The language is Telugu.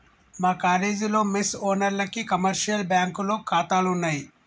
మా కాలేజీలో మెస్ ఓనర్లకి కమర్షియల్ బ్యాంకులో ఖాతాలున్నయ్